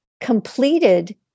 completed